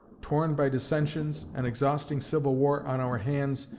torn by dissensions, an exhausting civil war on our hands,